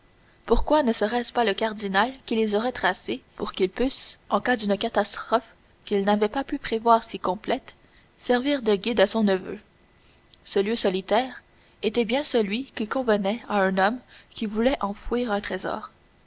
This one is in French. pourquoi ne serait-ce pas le cardinal qui les aurait tracés pour qu'ils pussent en cas d'une catastrophe qu'il n'avait pas pu prévoir si complète servir de guide à son neveu ce lieu solitaire était bien celui qui convenait à un homme qui voulait enfouir un trésor